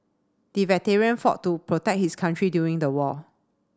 the veteran fought to protect his country during the war